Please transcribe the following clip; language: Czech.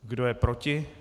Kdo je proti,